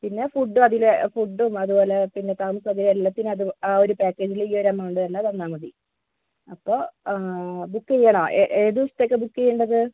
പിന്നെ ഫുഡ് അതിലെ ഫുഡും അത് പോലെ പിന്നെ താമസ സൗകര്യം എല്ലാത്തിനും അത് ആ ഒരു പാക്കേജിൽ ഈ ഒരു എമൗണ്ട് തന്നേ തന്നാൽ മതി അപ്പം ആ ബുക്ക് ചെയ്യണോ എ ഏത് ദിവസത്തേക്കാ ബുക്ക് ചെയ്യേണ്ടത്